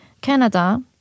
Canada